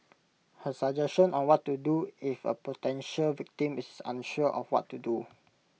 her suggestion on what to do if A potential victim is unsure of what to do